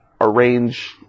arrange